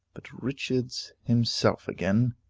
but richard's himself again,